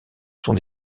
sont